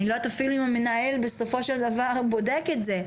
אני לא יודעת אפילו אם המנהל בסופו של דבר בודק את זה,